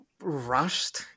rushed